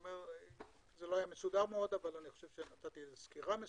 זה לא היה מסודר מאוד, אבל נתתי סקירה.